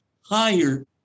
higher